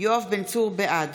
בעד